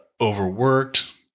overworked